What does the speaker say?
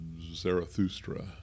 Zarathustra